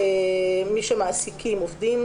מי שמעסיקים עובדים,